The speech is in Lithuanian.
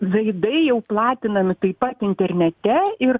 veidai jau platinami taip pat internete ir